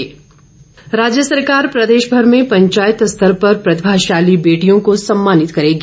वीरेन्द्र कंवर राज्य सरकार प्रदेशभर में पंचायत स्तर पर प्रतिभाशाली बेटियों को सम्मानित करेगी